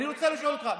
אני רוצה לשאול אותך,